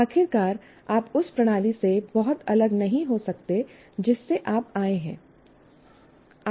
आखिरकार आप उस प्रणाली से बहुत अलग नहीं हो सकते जिससे आप आए हैं